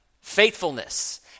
Faithfulness